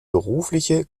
berufliche